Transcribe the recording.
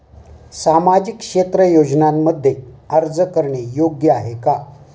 सामाजिक क्षेत्र योजनांमध्ये अर्ज करणे योग्य आहे का?